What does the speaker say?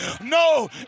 No